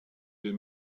des